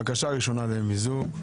הבקשה הראשונה למיזוג?